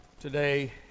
today